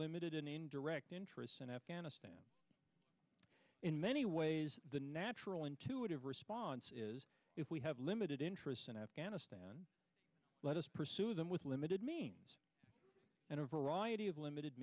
limited in indirect interests in afghanistan in many ways the natural intuitive response is if we have limited interests in afghanistan let us pursue them with limited means and a variety of limited